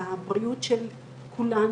לגבי הנושא של ממוגרפיה ובדיקות משלימות,